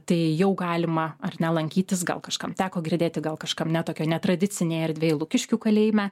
tai jau galima ar ne lankytis gal kažkam teko girdėti gal kažkam ne tokioj netradicinėj erdvėj lukiškių kalėjime